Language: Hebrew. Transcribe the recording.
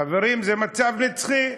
חברים, זה מצב נצחי.